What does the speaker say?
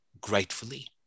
gratefully